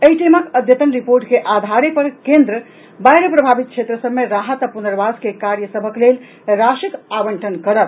एहि टीमक अद्यतन रिपोर्ट के आधारे पर केन्द्र बाढ़ि प्रभावित क्षेत्र सभ मे राहत आ पुर्नवास के कार्य सभक लेल राशिक आवंटन करत